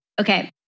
okay